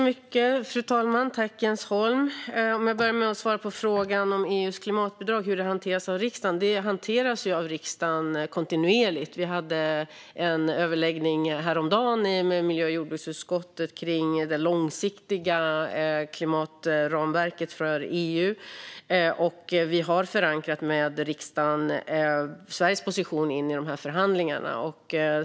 Fru talman! Jag börjar med att svara på frågan om EU:s klimatbidrag och hur det hanteras av riksdagen. Det hanteras av riksdagen kontinuerligt; häromdagen hade vi en överläggning med miljö och jordbruksutskottet om det långsiktiga klimatramverket för EU, och inför förhandlingarna har vi förankrat Sveriges position i riksdagen.